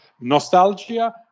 nostalgia